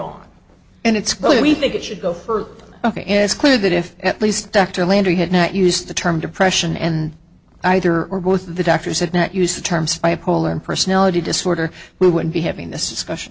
on and it's really we think it should go further ok and it's clear that if at least dr landry had not used the term depression and either or both of the doctors had not used the term spyhole and personality disorder we wouldn't be having this discussion